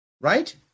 right